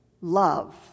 love